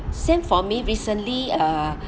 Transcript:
same for me recently uh